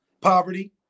Poverty